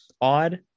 odd